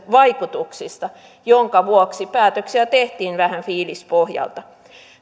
vaikutuksista minkä vuoksi päätöksiä tehtiin vähän fiilispohjalta